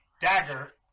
dagger